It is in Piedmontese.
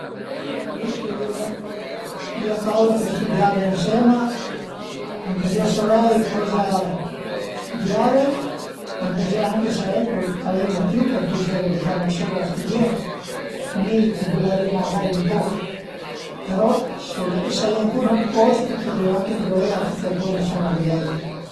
Arivu mai ën ritard a menu ch'a i sia ün'emërgënsa, arivu sempre ën anticip perché a l'a mai piazüme arivé dopu, al e 'na coza ch'al a sempre dame tantu fastidi, cuindi pitost partu anche mez'ura prima, ma vöi pa arivé 'na minüta dopo ch'al e gia cuminciaie magari la riüniun